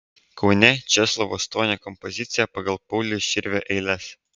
kaune česlovo stonio kompozicija pagal pauliaus širvio eiles